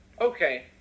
Okay